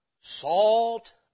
Salt